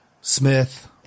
Smith